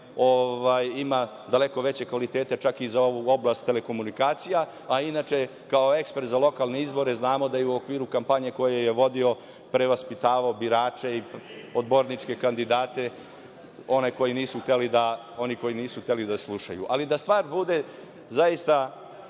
ima daleko veće kvalitete, čak i za ovu oblast telekomunikacija, a inače kao ekspert za lokalne izbore znamo da je u okviru kampanje koju je vodio prevaspitavao birače i odborničke kandidate, one koji nisu hteli da slušaju. Da stvar bude ozbiljna,